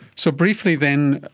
so briefly then,